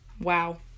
Wow